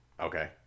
Okay